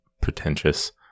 pretentious